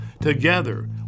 Together